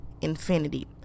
infinity